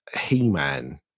He-Man